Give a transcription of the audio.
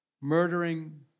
murdering